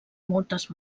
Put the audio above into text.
moltes